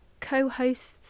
co-hosts